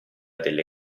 delle